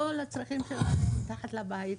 כל הצרכים שלהם מתחת לבית,